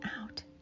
out